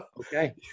Okay